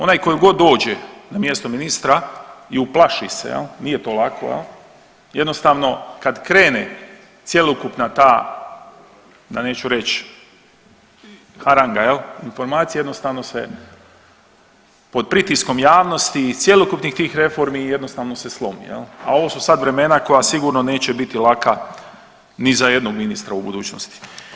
Onaj koji god dođe umjesto ministra i uplaši se jel, nije to lako jel, jednostavno kad krene cjelokupna ta da neću reć haranga jel, informacije jednostavno se pod pritiskom javnosti i cjelokupnih tih reformi jednostavno se slomi jel, a ovo su sad vremena koja sigurno neće biti laka ni za jednog ministra u budućnosti.